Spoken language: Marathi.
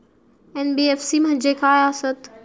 एन.बी.एफ.सी म्हणजे खाय आसत?